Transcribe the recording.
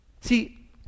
See